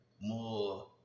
more